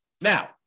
Now